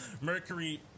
Mercury